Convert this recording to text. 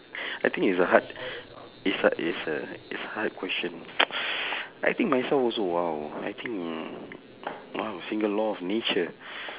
I think is a hard this one is a is a hard question I think myself also !wow! I think mm !wow! single law of nature